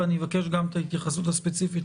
ואני בקש גם את ההתייחסות הספציפית,